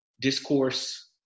discourse